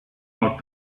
out